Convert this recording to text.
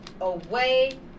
away